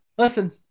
Listen